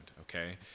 Okay